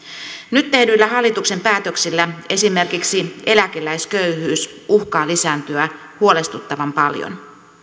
nyt tehdyillä hallituksen päätöksillä esimerkiksi eläkeläisköyhyys uhkaa lisääntyä huolestuttavan paljon